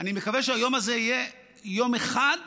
אני מקווה שהיום הזה יהיה יום אחד ודי.